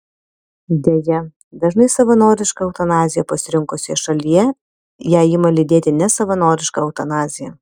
deja dažnai savanorišką eutanaziją pasirinkusioje šalyje ją ima lydėti nesavanoriška eutanazija